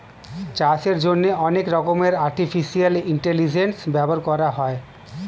চাষের জন্যে অনেক রকমের আর্টিফিশিয়াল ইন্টেলিজেন্স ব্যবহার করা হয়